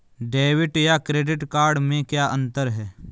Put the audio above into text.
Debit या credit card में क्या अन्तर है?